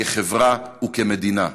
כחברה וכמדינה.